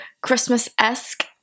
Christmas-esque